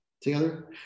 together